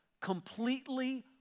completely